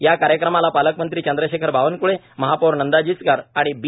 या कार्यक्रमाला पालकमंत्री चंद्रशेखर बावनक्ळे महापौर नंदा जिचकार आणि बी